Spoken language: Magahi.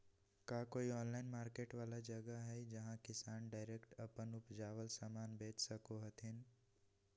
का कोई ऑनलाइन मार्केट वाला जगह हइ जहां किसान डायरेक्ट अप्पन उपजावल समान बेच सको हथीन?